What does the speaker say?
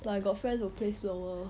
but I got friends who play slower